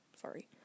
sorry